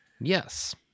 Yes